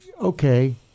okay